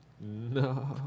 No